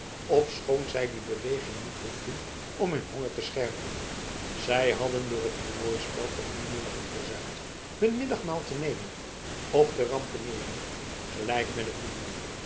ofschoon zij die beweging niet behoefden om hun honger te scherpen zij hadden door het tornooispel van dien morgen verzuimd hun middagmaal te nemen of te rampeneeren gelijk men het noemde